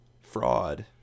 Fraud